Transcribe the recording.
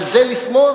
על זה לשמוח?